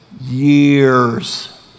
Years